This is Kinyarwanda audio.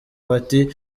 bati